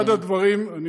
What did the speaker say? אחד הדברים, תודה, אדוני.